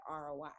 roi